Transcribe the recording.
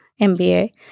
MBA